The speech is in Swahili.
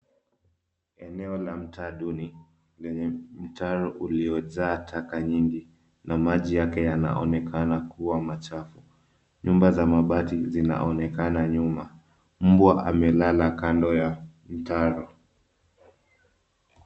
Eneo la mtaa duni lenye mtaro ulio jaa taka nyingi na maji yake yanaonekana kuwa machafu. Nyumba za mabati zinaonekana nyuma, mbwa amelala kando ya mtaro.